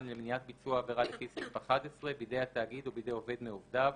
למניעת ביצוע עבירה לפי סעיף 11 בידי התאגיד או בידי עובד מעובדיו,